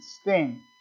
Sting